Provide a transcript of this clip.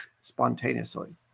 spontaneously